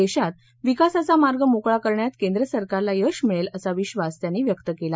देशात विकासाचा मार्ग मोकळा करण्यात केंद्रसरकारला यश मिळेल असा विश्वास त्यांनी व्यक्त केला